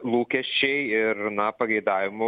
lūkesčiai ir na pageidavimų